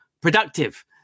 productive